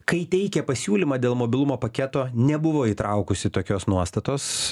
kai teikė pasiūlymą dėl mobilumo paketo nebuvo įtraukusi tokios nuostatos